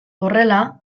horrela